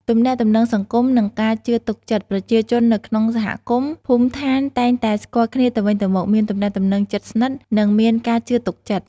ទំនាក់ទំនងសង្គម និងការជឿទុកចិត្ត ប្រជាជននៅក្នុងសហគមន៍ភូមិឋានតែងតែស្គាល់គ្នាទៅវិញទៅមក មានទំនាក់ទំនងជិតស្និទ្ធ និងមានការជឿទុកចិត្ត។